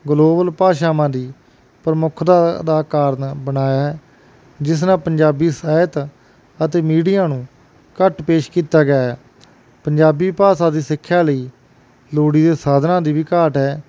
global ਭਾਸ਼ਾਵਾਂ ਦੀ ਪ੍ਰਮੁੱਖ ਦਾ ਅਦਾ ਕਾਰਨ ਬਣਾਇਆ ਜਿਸ ਨਾਲ ਪੰਜਾਬੀ ਸਾਹਿਤ ਅਤੇ ਮੀਡੀਆ ਨੂੰ ਘੱਟ ਪੇਸ਼ ਕੀਤਾ ਗਿਆ ਹੈ ਪੰਜਾਬੀ ਭਾਸ਼ਾ ਦੀ ਸਿੱਖਿਆ ਲਈ ਲੋੜੀਂਦੇ ਸਾਧਨਾਂ ਦੀ ਵੀ ਘਾਟ ਹੈ